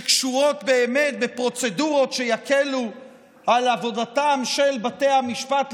שקשורות באמת בפרוצדורות שיקלו את עבודתם של בתי המשפט,